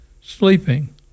sleeping